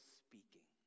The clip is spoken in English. speaking